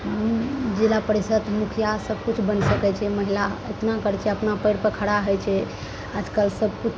उम जिला परिषद मुखिया सबकिछु बनि सकय छै महिला इतना करके अपना पयरपर खड़ा होइ छै आजकल सबकिछु